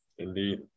Indeed